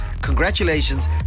congratulations